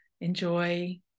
enjoy